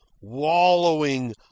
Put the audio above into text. wallowing